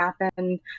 happen